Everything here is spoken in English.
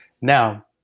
now